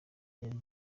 yari